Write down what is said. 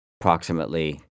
approximately